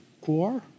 core